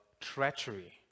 treachery